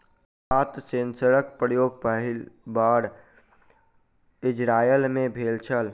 पात सेंसरक प्रयोग पहिल बेर इजरायल मे भेल छल